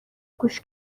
گوش